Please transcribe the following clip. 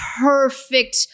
perfect